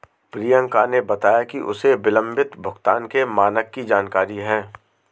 प्रियंका ने बताया कि उसे विलंबित भुगतान के मानक की जानकारी है